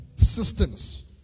systems